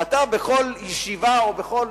ואתה בכל ישיבה או בכל